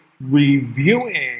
reviewing